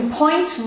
point